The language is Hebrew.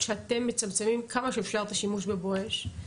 שאתם מצמצמים כמה שאפשר את השימוש ב"בואש",